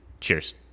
Cheers